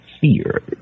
fear